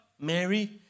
Mary